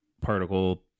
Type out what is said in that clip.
particle